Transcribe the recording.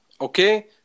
okay